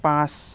পাঁচ